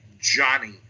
johnny